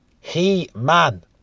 He-Man